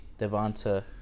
Devonta